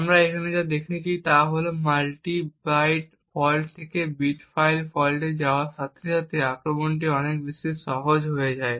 আমরা এখানে যা দেখছি তা হল আমরা মাল্টি বাইট ফল্ট থেকে বিট ফল্ট মডেলে যাওয়ার সাথে সাথে আক্রমণটি অনেক সহজ হয়ে যায়